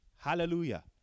Hallelujah